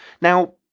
Now